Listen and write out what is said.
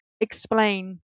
explain